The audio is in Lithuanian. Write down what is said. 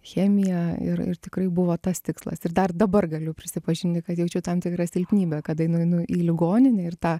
chemiją ir ir tikrai buvo tas tikslas ir dar dabar galiu prisipažinti kad jaučiu tam tikrą silpnybę nueinu į ligoninę ir tą